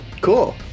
Cool